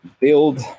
build